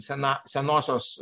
sena senosios